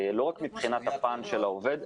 לא רק מבחינת הפן של העובד,